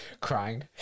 crying